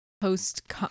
post